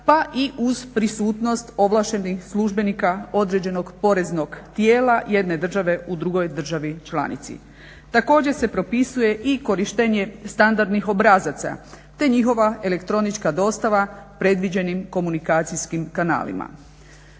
pa i uz prisutnost ovlaštenih službenika određenog poreznog tijela jedne države u drugoj državi članici. Također se propisuje i korištenje standardnih obrazaca te njihova elektronička dostava predviđenim komunikacijskim kanalima.